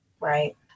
Right